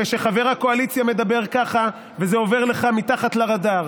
וכשחבר הקואליציה מדבר ככה זה עובר לך מתחת לרדאר.